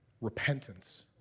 repentance